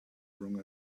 wrong